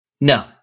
No